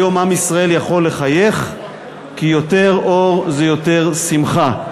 היום עם ישראל יכול לחייך כי יותר אור זה יותר שמחה.